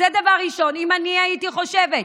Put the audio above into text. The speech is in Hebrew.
אם הייתי חושבת,